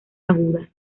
agudas